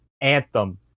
anthem